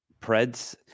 Preds